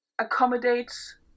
accommodates